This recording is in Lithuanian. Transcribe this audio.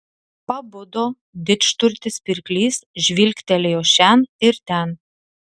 pabudo didžturtis pirklys žvilgtelėjo šen ir ten